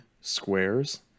squares